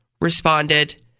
responded